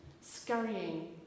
scurrying